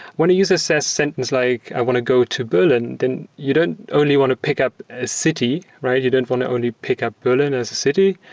when a user says a sentence like, i want to go to berlin, then you don't only want to pick up a city, right? you don't want to only pickup berlin as a city,